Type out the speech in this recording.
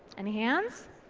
and hands?